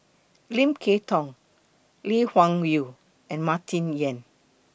Lim Kay Tong Lee Wung Yew and Martin Yan